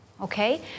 okay